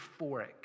euphoric